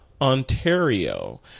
Ontario